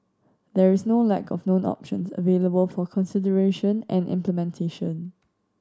there is no lack of known options available for consideration and implementation